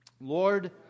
lord